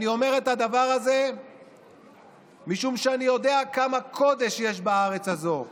אני אומר את הדבר הזה משום שאני יודע כמה קודש יש בארץ הזו,